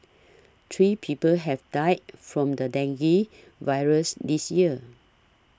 three people have died from the dengue virus this year